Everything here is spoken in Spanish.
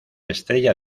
estrella